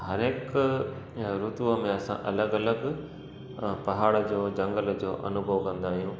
हरेक ऋतु में असां अलॻि अलॻि पहाड़ जो झंगल जो अनुभव कंदा आहियूं